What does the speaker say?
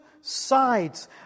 sides